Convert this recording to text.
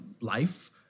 life